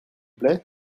plait